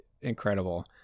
incredible